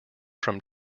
from